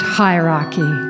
hierarchy